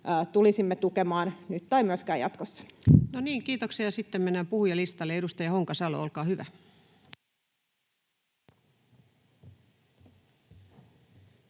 tulisimme tukemaan nyt tai myöskään jatkossa. No niin, kiitoksia. — Sitten mennään puhujalistalle. — Edustaja Honkasalo, olkaa hyvä.